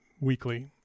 weekly